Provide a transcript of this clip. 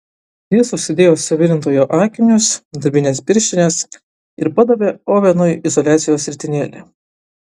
jis užsidėjo suvirintojo akinius darbines pirštines ir padavė ovenui izoliacijos ritinėlį